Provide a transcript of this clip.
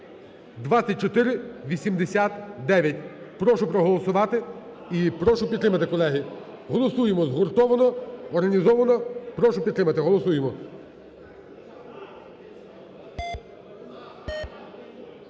(2489). прошу проголосувати і прошу підтримати, колеги. Голосуємо згуртовано, організовано. Прошу підтримати. Голосуємо.